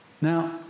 Now